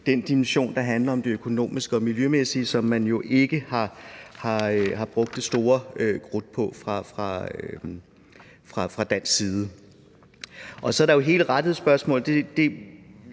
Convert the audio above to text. den dimension, der handler om det økonomiske og miljømæssige, som man jo ikke har brugt så meget krudt på fra dansk side. Så er der hele rettighedsspørgsmålet.